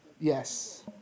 Yes